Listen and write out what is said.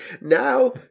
Now